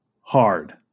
hard